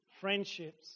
friendships